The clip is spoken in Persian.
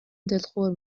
دلخور